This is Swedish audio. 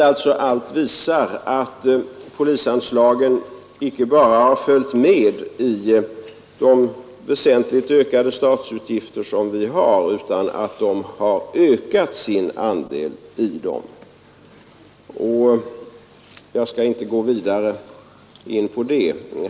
Detta visar att polisanslaget inte bara följt med i de väsentligt ökade statsutgifter vi har, utan också ökat sin andel i dem. Jag skall inte gå vidare in på detta.